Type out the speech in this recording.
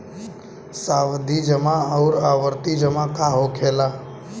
सावधि जमा आउर आवर्ती जमा का होखेला?